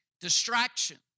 Distraction